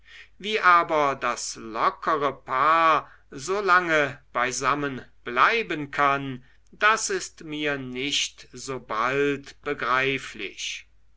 wie aber das lockere paar so lange beisammen bleiben kann das ist mir nicht so bald begreiflich